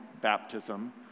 baptism